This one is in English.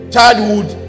Childhood